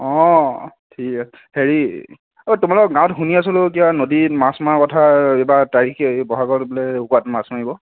ঠিক আছে হেৰি তোমালোকৰ গাঁৱত শুনি আছিলোঁ এতিয়া নদীত মাছ মৰা কথা কিবা তাৰিখে বহাগৰ বোলে ক'ৰবাত মাছ মাৰিব